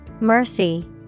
Mercy